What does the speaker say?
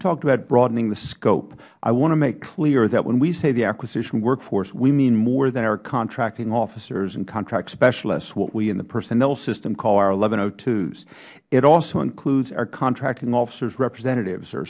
talked about broadening the scope i want to make clear that when we say the acquisition workforce we mean more than our contracting officers and contract specialists what we in the personnel system call our s it also includes our contracting officers representatives or